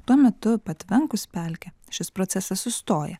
tuo metu patvenkus pelkę šis procesas sustoja